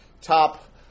top